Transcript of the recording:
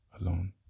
alone